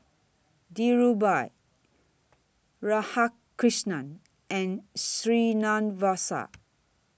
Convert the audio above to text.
Dhirubhai Radhakrishnan and Srinivasa